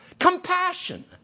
compassion